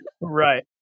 Right